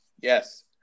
Yes